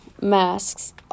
masks